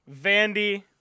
Vandy